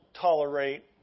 tolerate